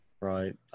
right